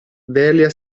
delia